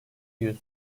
yüz